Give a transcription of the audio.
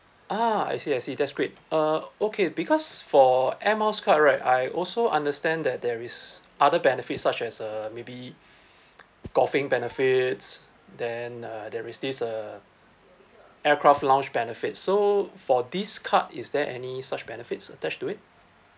ah I see I see that's great uh okay because for air miles card right I also understand that there is other benefits such as uh maybe golfing benefits then uh there is this uh aircraft lounge benefits so for this card is there any such benefits attached to it